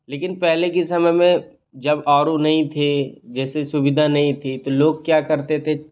लेकिन पहले की समय में जब आर ओ नहीं थे जैसी सुविधा नहीं थी तो लोग क्या करते थे